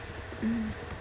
mm